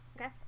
Okay